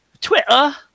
Twitter